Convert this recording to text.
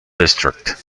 district